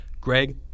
Greg